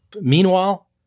Meanwhile